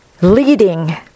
Leading